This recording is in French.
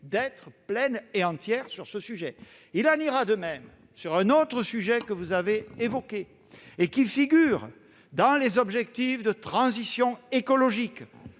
toujours pleine et entière. Il en ira de même sur un autre sujet que vous avez évoqué et qui figure dans les objectifs de transition écologique,